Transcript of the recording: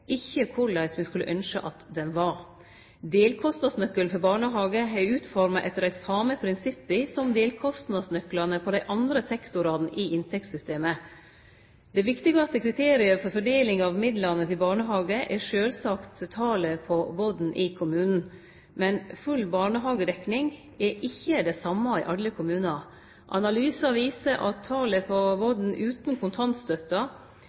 ikkje korleis vi skulle ynskje at han var. Delkostnadsnøkkelen for barnehage er utforma etter dei same prinsippa som delkostnadsnøklane for dei andre sektorane i inntektssystemet. Det viktigaste kriteriet for fordeling av midlane til barnehage er sjølvsagt talet på born i kommunen. Men full barnehagedekning er ikkje det same i alle kommunar. Analysar viser at talet på